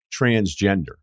transgender